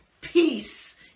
peace